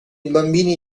bambini